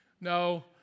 No